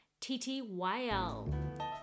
TTYL